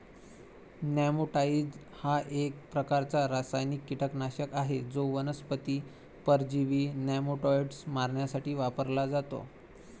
नेमॅटाइड हा एक प्रकारचा रासायनिक कीटकनाशक आहे जो वनस्पती परजीवी नेमाटोड्स मारण्यासाठी वापरला जातो